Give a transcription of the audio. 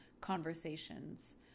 conversations